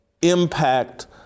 impact